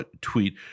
tweet